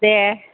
दे